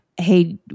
hey